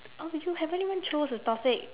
oh but you haven't even chose a topic